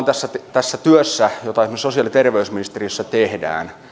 tässä tässä työssä jota esimerkiksi sosiaali ja terveysministeriössä tehdään